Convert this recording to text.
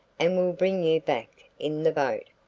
and will bring you back in the boat.